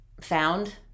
found